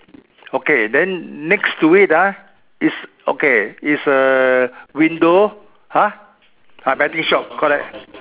okay then next to it ah is okay is a window !huh! ah betting shop correct